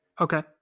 Okay